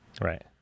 Right